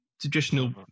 traditional